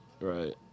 right